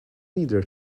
neither